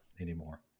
anymore